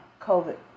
COVID